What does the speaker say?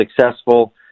successful